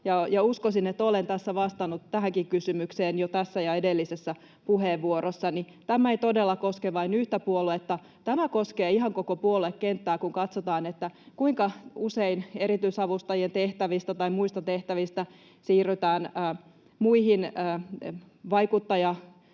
uskoisin, että olen vastannut tähänkin kysymykseen jo tässä ja edellisessä puheenvuorossani. Tämä ei todella koske vain yhtä puoluetta. Tämä koskee ihan koko puoluekenttää, kun katsotaan, kuinka usein erityisavustajien tehtävistä tai muista tehtävistä siirrytään muihin vaikuttajatehtäviin,